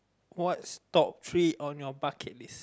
what's top three on your bucket list